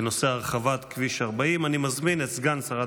בנושא: הרחבת כביש 40. אני מזמין את סגן שרת